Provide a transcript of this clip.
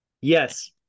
Yes